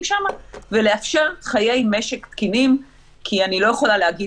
שם ולאפשר חיי משק תקינים כי אני לא יכולה להגיד